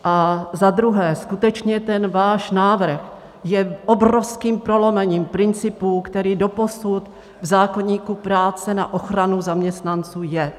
A za druhé, skutečně ten váš návrh je obrovským prolomením principu, který doposud v zákoníku práce na ochranu zaměstnanců je.